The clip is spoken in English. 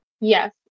Yes